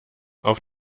auf